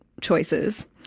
choices